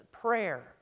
Prayer